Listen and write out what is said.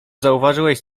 zauważyłeś